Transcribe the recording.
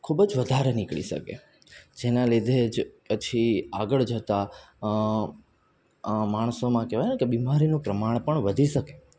ખૂબ જ વધારે નીકળી શકે જેના લીધે જ પછી આગળ જતાં માણસોમાં કહેવાય ને બીમારીનું પ્રમાણ પણ વધી શકે